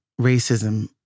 racism